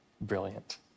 brilliant